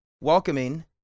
welcoming